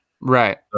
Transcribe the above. Right